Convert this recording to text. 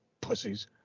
Pussies